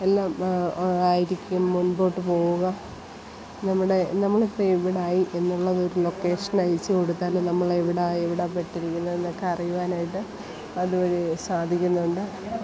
എല്ലാം ആയിരിക്കും മുൻപോട്ടു പോകുക നമ്മുടെ നമ്മളിപ്പോൾ എവിടെയായി എന്നുള്ളതൊരു ലൊക്കേഷൻ അയച്ചുകൊടുത്താൽ നമ്മൾ എവിടാ എവിടെയാണ് പെട്ടിരിക്കുന്നതെന്നൊക്കെ അറിയുവാനായിട്ട് അതു വഴി സാധിക്കുന്നുണ്ട്